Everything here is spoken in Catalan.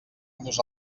nos